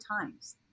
times